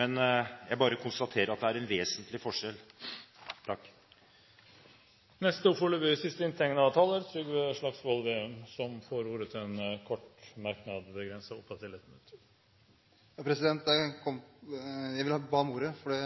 men jeg bare konstaterer at det er en vesentlig forskjell. Representanten Trygve Slagsvold Vedum har hatt ordet to ganger tidligere og får ordet til en kort merknad, begrenset til 1 minutt. Jeg ba om ordet fordi